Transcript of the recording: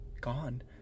gone